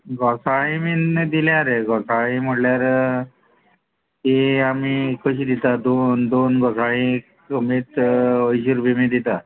घोसाळीं बीन दिल्या रे घोसाळीं म्हळ्यार ती आमी कशी दिता दोन दोन घोसाळी कमीत अंयशीं रुपया बी दिता